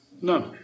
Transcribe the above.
No